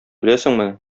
беләсеңме